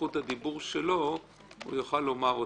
זכות הדיבור שלו, הוא יוכל לומר אותן.